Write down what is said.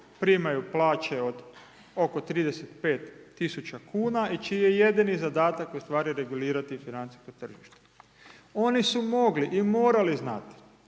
primaju plaće od oko 35.000,00 kn i čiji je jedini zadatak u stvari regulirati financijsko tržište. Oni su mogli i morali znati